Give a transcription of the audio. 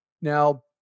Now